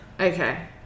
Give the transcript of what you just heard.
Okay